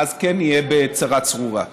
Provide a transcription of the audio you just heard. ואז כן נהיה בצרה צרורה.